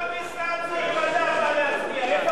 באה להצביע.